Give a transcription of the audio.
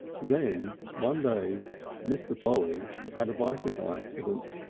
then one day mr. polly had a bicycle accident.